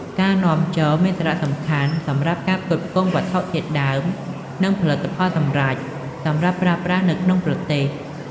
ការនាំចូលមានសារៈសំខាន់សម្រាប់ការផ្គត់ផ្គង់វត្ថុធាតុដើម និងផលិតផលសម្រេចសម្រាប់ប្រើប្រាស់នៅក្នុងប្រទេស។